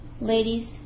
ladies